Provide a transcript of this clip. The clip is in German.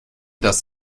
das